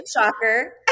Shocker